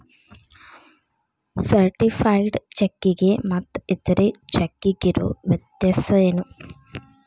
Certified ಚೆಕ್ಕಿಗೆ ಮತ್ತ್ ಇತರೆ ಚೆಕ್ಕಿಗಿರೊ ವ್ಯತ್ಯಸೇನು?